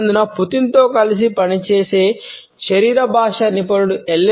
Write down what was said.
పుతిన్తో కలిసి పనిచేసే శరీర భాష నిపుణుడు ఎన్ఎల్పి